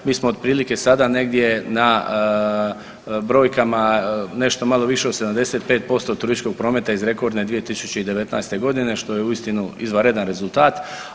Mi smo otprilike sada negdje na brojkama nešto malo više od 75% turističkog prometa iz rekordne 2019. godine što je uistinu izvanredan rezultata.